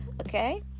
okay